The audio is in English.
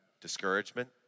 discouragement